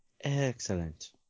Excellent